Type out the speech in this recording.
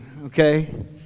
okay